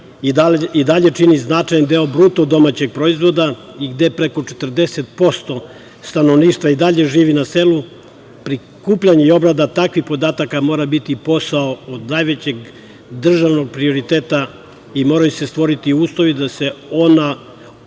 i dalje čini značajan deo BDP i gde preko 40% stanovništva i dalje živi na selu prikupljanje i obrada takvih podataka mora biti posao od najvećeg državnog prioriteta i moraju se stvoriti uslovi da se obavi